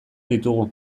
ditugu